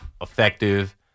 effective